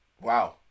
Wow